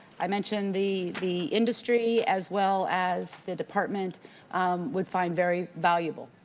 i mentioned, the the industry as well as the department would find very valuable.